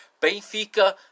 Benfica